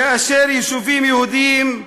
כאשר יישובים יהודיים,